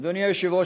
אדוני היושב-ראש,